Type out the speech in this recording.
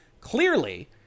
Clearly